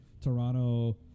Toronto